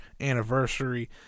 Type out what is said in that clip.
anniversary